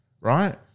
right